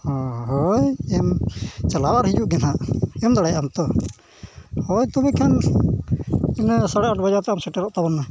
ᱦᱳᱭ ᱮᱢ ᱪᱟᱞᱟᱣ ᱟᱨ ᱦᱤᱡᱩᱜ ᱜᱮ ᱦᱟᱸᱜ ᱮᱢ ᱫᱟᱲᱮᱭᱟᱜ ᱟᱢ ᱛᱳ ᱦᱳᱭ ᱛᱳᱵᱮ ᱠᱷᱟᱱ ᱤᱱᱟᱹ ᱥᱟᱲᱮ ᱟᱴ ᱵᱟᱡᱮ ᱛᱮ ᱟᱢ ᱥᱮᱴᱮᱨᱚᱜ ᱛᱟᱵᱳᱱ ᱢᱮ